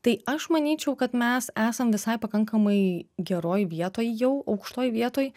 tai aš manyčiau kad mes esam visai pakankamai geroj vietoj jau aukštoj vietoj